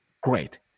great